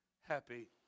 happy